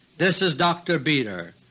this is dr. beter.